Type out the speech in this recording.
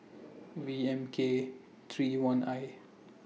V M K three I one